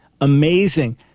amazing